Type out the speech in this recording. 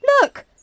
Look